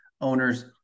owners